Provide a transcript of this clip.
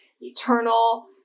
eternal